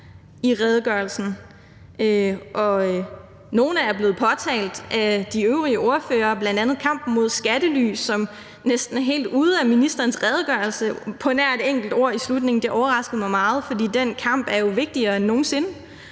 Nogle er blevet påtalt af de øvrige ordførere, bl.a. kampen mod skattely, som næsten er helt ude af ministerens redegørelse på nær et enkelt ord i slutningen. Det overraskede mig meget, for den kamp er vigtigere end nogen sinde,